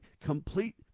complete